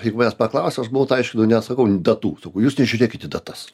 jeigu manęs paklaustų aš buvau tai aišku nu nesakau datų sakau jūs žiūrėkit į datas